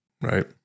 Right